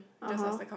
(uh huh)